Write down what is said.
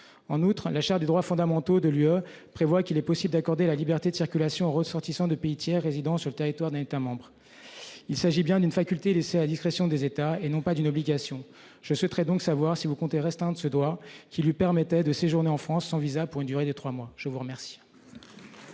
en outre à la charte des droits fondamentaux de l'UE prévoit qu'il est possible d'accorder la liberté de circulation aux ressortissants de pays tiers résidant sur le territoire d'un État membre. Il s'agit bien d'une faculté, laissée à la discrétion des États et non pas d'une obligation. Je souhaiterais donc savoir si vous comptez restantes suédois qui lui permettait de séjourner en France sans VISA pour une durée de 3 mois, je vous remercie.